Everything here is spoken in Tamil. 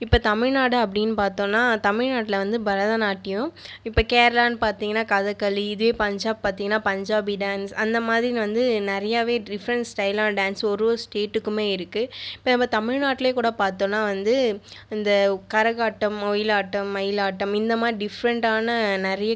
இப்போ தமிழ்நாடு அப்படினு பார்த்தோனா தமிழ்நாட்டில் வந்து பரதநாட்டியம் இப்போ கேரளானு பார்த்தீங்கனா கதக்களி இதே பஞ்சாப் பார்த்தீங்கனா பஞ்சாபி டான்ஸ் அந்த மாதிரி வந்து நிறையாவே டிஃப்ரெண்ட் ஸ்டைலாக டான்ஸ் ஒரு ஒரு ஸ்டேட்டுக்குமே இருக்குது இப்போ நம்ம தமிழ்நாட்டிலியே கூட பார்த்தோனா வந்து இந்த கரகாட்டம் ஒயிலாட்டம் மயிலாட்டம் இந்த மாதிரி டிஃப்ரெண்ட்டான நிறையே